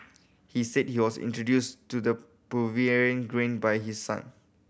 he said he was introduced to the Peruvian grain by his son